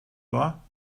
war